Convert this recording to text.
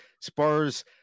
Spurs